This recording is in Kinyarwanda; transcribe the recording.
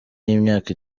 y’imyaka